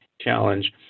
challenge